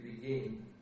begin